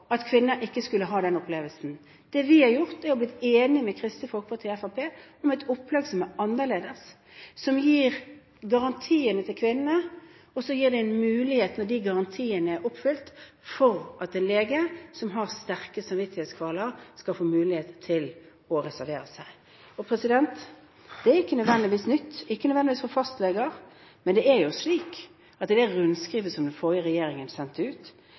at kvinner ikke skulle ha den opplevelsen. Det vi har gjort, er å bli enige med Kristelig Folkeparti og Fremskrittspartiet om et opplegg som er annerledes, som gir garantiene til kvinnene. Og så gir det en mulighet når de garantiene er oppfylt, for at en lege som har sterke samvittighetskvaler, skal få mulighet til å reservere seg. Det er ikke nødvendigvis nytt – ikke nødvendigvis for fastleger. Men det er jo slik at i det rundskrivet som den forrige regjeringen sendte ut,